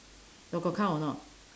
so got count or not